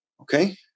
Okay